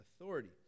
authority